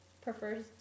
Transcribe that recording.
prefers